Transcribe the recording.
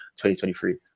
2023